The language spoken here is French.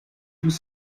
vous